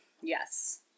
Yes